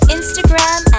Instagram